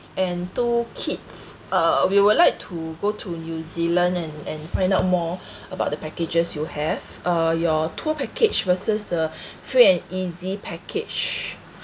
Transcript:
and two kids uh we would like to go to new zealand and and find out more about the packages you have uh your tour package versus the free and easy package